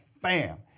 bam